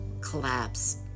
collapse